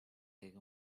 taken